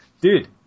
dude